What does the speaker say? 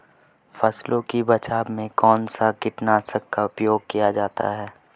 फसलों के बचाव में कौनसा कीटनाशक का उपयोग किया जाता है?